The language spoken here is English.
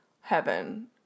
heaven